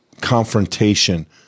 confrontation